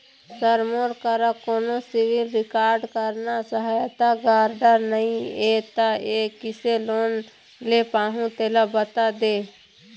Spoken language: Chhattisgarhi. सर मोर करा कोन्हो सिविल रिकॉर्ड करना सहायता गारंटर नई हे ता मे किसे लोन ले पाहुं तेला बता दे